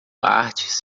artes